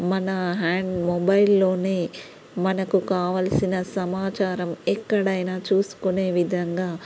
మన హ్యాండ్ మొబైల్లోనే మనకు కావాల్సిన సమాచారం ఎక్కడైనా చూసుకునే విధంగా